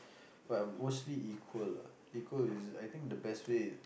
but almost equal lah equal is I think the best way